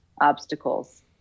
obstacles